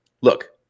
look